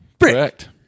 Correct